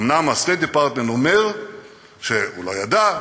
אומנם ה-State Department אומר שהוא לא ידע,